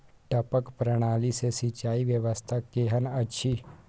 टपक प्रणाली से सिंचाई व्यवस्था केहन अछि?